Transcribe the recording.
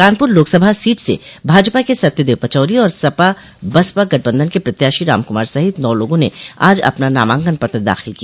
Kanpur Lok Sabha seat से भाजपा के सत्यदेव पचौरी और सपा बसपा गठबंधन के प्रत्याशी रामकुमार सहित नौ लोगों ने आज अपना नामांकन पत्र दाखिल किया